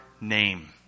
name